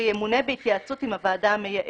שימונה בהתייעצות עם הוועדה המייעצת.